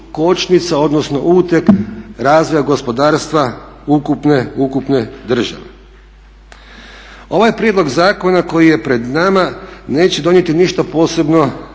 kočnica odnosno uteg razvoja gospodarstva ukupne države. Ovaj prijedlog zakona koji je pred nama neće donijeti ništa posebno